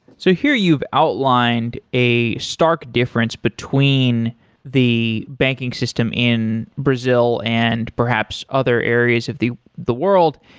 so here you've outlined a stark difference between the banking system in brazil and perhaps other areas of the the world.